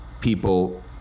people